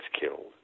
killed